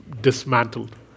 dismantled